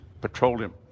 petroleum